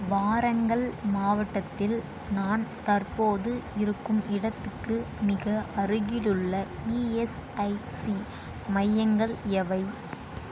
வாரங்கல் மாவட்டத்தில் நான் தற்போது இருக்கும் இடத்துக்கு மிக அருகிலுள்ள இஎஸ்ஐசி மையங்கள் எவை